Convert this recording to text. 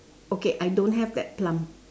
okay I don't have that plum